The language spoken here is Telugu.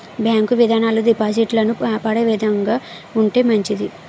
బ్యాంకు విధానాలు డిపాజిటర్లను కాపాడే విధంగా ఉంటే మంచిది